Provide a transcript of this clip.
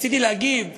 רציתי להגיד,